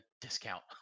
discount